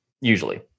usually